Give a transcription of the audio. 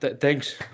Thanks